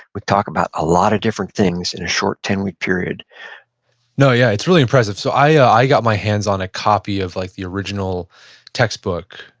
we talk about a lot of different things in a short ten week period no, yeah. it's really impressive. so i got my hands on a copy of like the original textbook,